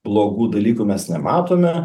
blogų dalykų mes nematome